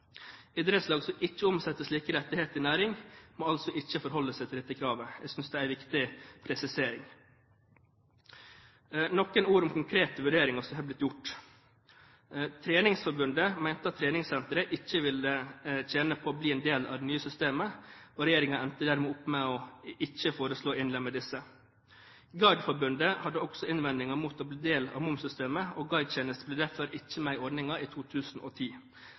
Idrettslag som ikke omsetter slike rettigheter i næring, må altså ikke forholde seg til dette kravet. Jeg synes det er en viktig presisering. Noen ord om konkrete vurderinger som har blitt gjort: Treningsforbundet mente at treningssentre ikke ville tjene på å bli en del av det nye systemet, og regjeringen endte dermed opp med ikke å foreslå å innlemme disse. Guideforbundet hadde også innvendinger mot å bli en del av momssystemet, og guidetjenester blir derfor ikke med i ordningen i 2010.